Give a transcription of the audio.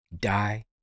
die